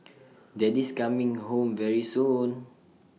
daddy's coming home very soon